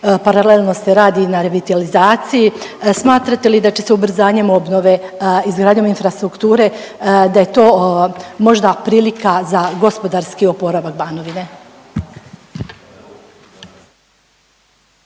Paralelno se radi i na revitalizaciji. Smatrate li da će se ubrzanjem obnove izgradnjom infrastrukture da je to možda prilika za gospodarski oporavak Banovine?